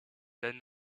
then